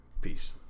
peace